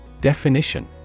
Definition